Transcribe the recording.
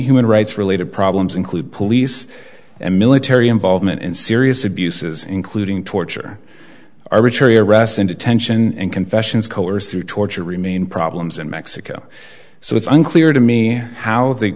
human rights related problems include police and military involvement in serious abuses including torture arbitrary arrests in detention and confessions coerced through torture remain problems in mexico so it's unclear to me how the